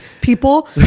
people